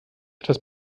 etwas